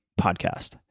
Podcast